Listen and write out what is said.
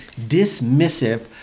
dismissive